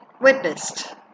witnessed